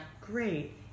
Great